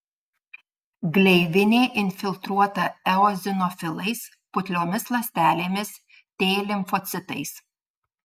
gleivinė infiltruota eozinofilais putliomis ląstelėmis t limfocitais